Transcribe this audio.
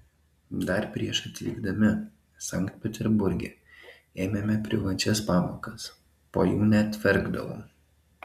dar prieš atvykdami sankt peterburge ėmėme privačias pamokas po jų net verkdavau